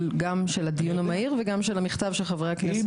של ההצעה לדיון המהיר וגם של ההתייחסות למכתב של חברי הכנסת.